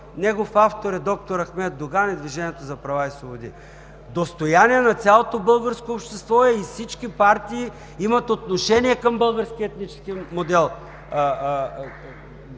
негов автор е д-р Ахмед Доган и Движението за права и свободи. Достояние на цялото българско общество е и всички партии имат отношение към българския етнически модел,